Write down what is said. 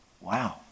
Wow